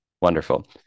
Wonderful